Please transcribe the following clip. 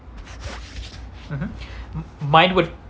mmhmm mine would